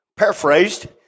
paraphrased